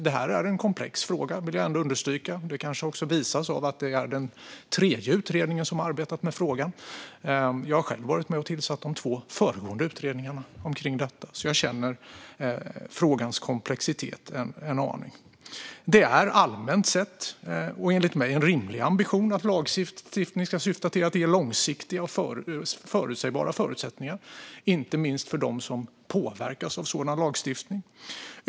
Detta är en komplex fråga, vill jag understryka. Det visas kanske av att det är den tredje utredningen som har arbetat med frågan. Jag har själv varit med och tillsatt de två föregående utredningarna, så jag känner till frågans komplexitet en aning. Det är allmänt sett så och en rimlig ambition enligt mig att lagstiftning ska syfta till att ge långsiktiga och förutsägbara förutsättningar, inte minst för dem som påverkas av den.